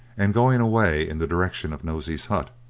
and going away in the direction of nosey's hut,